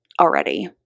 already